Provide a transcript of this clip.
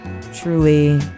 truly